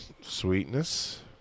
Sweetness